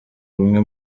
ubumwe